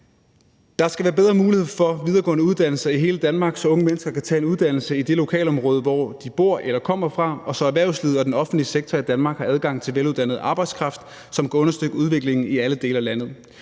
»Der skal være bedre mulighed for videregående uddannelse i hele Danmark, så unge mennesker kan tage en uddannelse i det lokalområde, hvor de bor eller kommer fra, og så erhvervslivet og den offentlige sektor i Danmark har adgang til veluddannet arbejdskraft, som kan understøtte udviklingen i alle dele af landet.